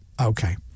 okay